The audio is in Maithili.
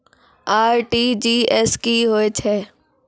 आर.टी.जी.एस की होय छै?